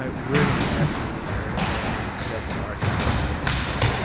um we're going to actually go ahead and set targets and meet or beat them.